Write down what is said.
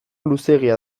luzeegia